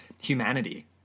humanity